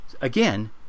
Again